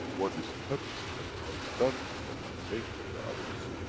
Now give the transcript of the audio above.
what is the purpose and how is done, you cannot take from the others.